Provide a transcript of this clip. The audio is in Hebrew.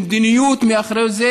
זה, יש מדיניות מאחורי זה,